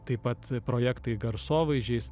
taip pat projektai garsovaizdžiai